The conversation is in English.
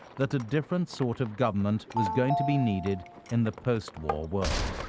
that a different sort of government was going to be needed in the post-war world.